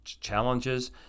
Challenges